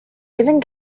even